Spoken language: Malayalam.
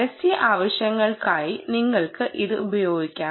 പരസ്യ ആവശ്യങ്ങൾക്കായി നിങ്ങൾക്ക് ഇത് ഉപയോഗിക്കാം